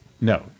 No